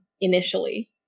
initially